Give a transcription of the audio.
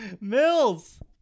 Mills